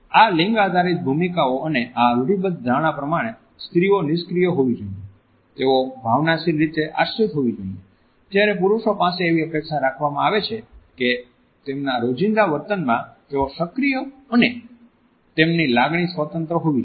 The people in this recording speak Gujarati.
આ લિંગ આધારિત ભૂમિકાઓ અને આ રૂઢિબદ્ધ ધારણા પ્રમાણે સ્ત્રીઓ નિષ્ક્રિય હોવી જોઈએ તેઓ ભાવનાશીલ રીતે આશ્રિત હોવી જોઈએ જ્યારે પુરુષો પાસે એવી અપેક્ષા રાખવામાં આવે છે કે તેમના રોજિંદા વર્તનમાં તેઓ સક્રિય અને તેમની લાગણી સ્વતંત્ર હોવી જોઈએ